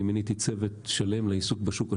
אני מיניתי צוות שלם לעיסוק בשוק השחור,